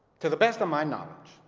to the best of my knowledge,